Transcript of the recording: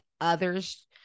others